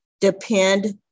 depend